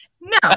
No